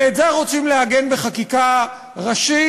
ואת זה רוצים לעגן בחקיקה ראשית?